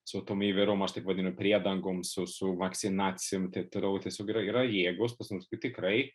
su tom įvairiom aš taip vadinu priedangom su su vakcinacijom taip toliau tiesiog yra yra jėgos pas mus tikrai